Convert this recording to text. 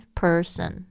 person